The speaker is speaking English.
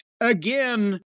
again